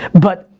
but,